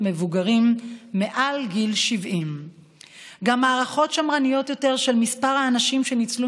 מבוגרים מעל גיל 70. גם הערכות שמרניות יותר של מספר האנשים שניצלו